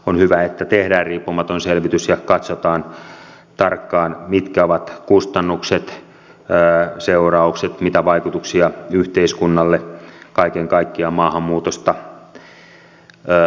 on hyvä että tehdään riippumaton selvitys ja katsotaan tarkkaan mitkä ovat kustannukset seuraukset mitä vaikutuksia yhteiskunnalle kaiken kaikkiaan maahanmuutosta on